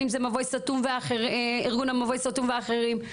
בין אם זה ארגון מבוי סתום ואחרים.